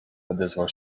odezwał